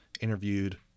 interviewed